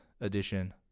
edition